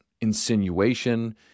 insinuation